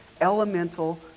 elemental